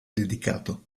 dedicato